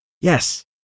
Yes